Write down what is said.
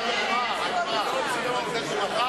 תודה